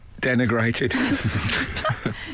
denigrated